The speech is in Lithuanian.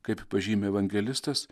kaip pažymi evangelistas